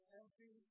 empty